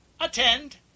attend